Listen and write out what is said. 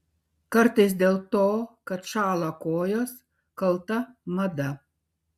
kartais dėl to kad šąla kojos kalta mada